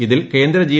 ഇതിൽ കേന്ദ്ര ജി